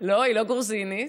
היא גרוזינית?